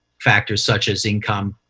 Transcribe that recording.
factors such as income